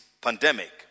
pandemic